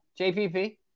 JPP